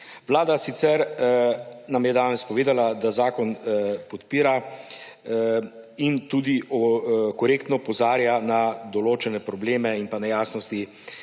Vlada nam je danes sicer povedala, da zakon podpira in tudi korektno opozarja na določene probleme in nejasnosti,